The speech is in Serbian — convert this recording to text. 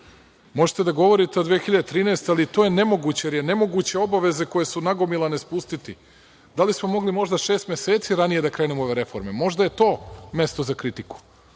da govorite od 2013. godine, ali to je nemoguće, jer je nemoguće obaveze koje su nagomilane spustiti. Da li smo mogli možda šest meseci ranije da krenemo u ove reforme? Možda je to mesto kritiku,